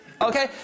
Okay